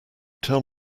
tell